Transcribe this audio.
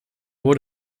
would